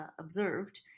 observed